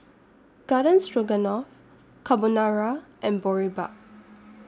Garden Stroganoff Carbonara and Boribap